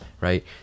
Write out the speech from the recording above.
right